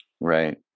Right